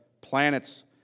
planets